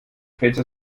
fenster